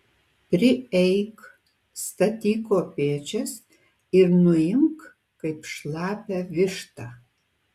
prieik statyk kopėčias ir nuimk kaip šlapią vištą